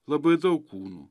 labai daug kūnų